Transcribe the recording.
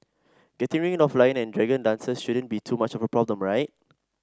getting rid of lion and dragon dances shouldn't be too much of a problem right